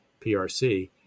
PRC